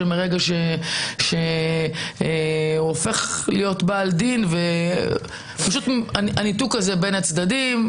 שמרגע שהוא הופך להיות בעל דין יתקיים הניתוק הזה בין הצדדים,